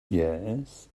yes